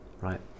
right